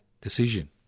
Decision